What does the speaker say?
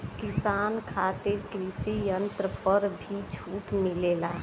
किसान खातिर कृषि यंत्र पर भी छूट मिलेला?